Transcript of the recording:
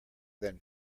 than